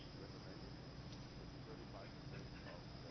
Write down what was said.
recommending is thirty five percent of